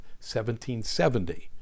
1770